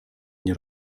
nie